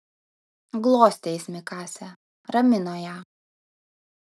glostė jis mikasę ramino ją